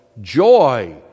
joy